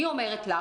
אני אומרת לך,